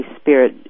spirit